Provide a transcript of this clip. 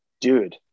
dude